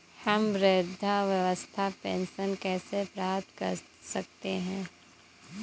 हम वृद्धावस्था पेंशन कैसे प्राप्त कर सकते हैं?